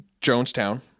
Jonestown